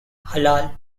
halal